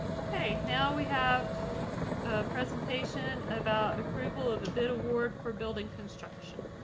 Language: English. okay, now we have a presentation about approval of the bid award for building construction.